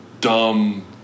dumb